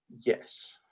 Yes